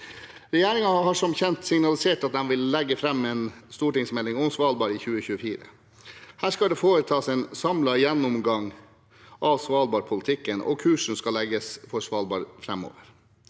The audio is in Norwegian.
Regjeringen har som kjent signalisert at de vil legge fram en stortingsmelding om Svalbard i 2024. Der skal det foretas en samlet gjennomgang av svalbardpolitikken, og kursen framover for Svalbard skal